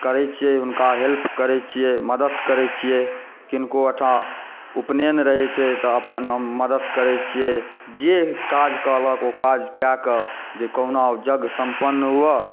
करै छियै हुनका हेल्प करैत छिये मदद करैत छियै किनको ओहिठाम उपनयन रहैत छै तऽ अपन हम मदति करय छियै जे काज कहलक ओ काज कएकऽ जे कोहुना ओ यज्ञ सम्पन्न हुअ